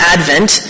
Advent